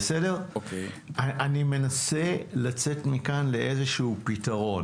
אני מנסה לצאת מכאן לפתרון.